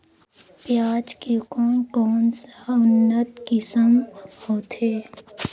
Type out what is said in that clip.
पियाज के कोन कोन सा उन्नत किसम होथे?